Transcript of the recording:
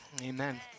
amen